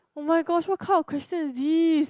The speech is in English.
oh-my-gosh what kind of question is this